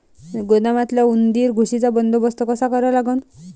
गोदामातल्या उंदीर, घुशीचा बंदोबस्त कसा करा लागन?